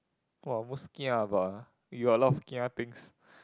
!wah! most kia about ah you got a lot of kia things